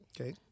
Okay